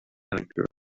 sometimes